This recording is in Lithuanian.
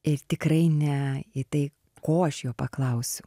ir tikrai ne į tai ko aš jo paklausiu